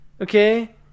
Okay